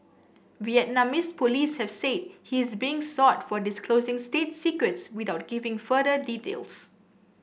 Vietnamese police have said he is being sought for disclosing state secrets without giving further details